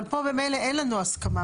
אבל פה ממילא אין לנו הסכמה.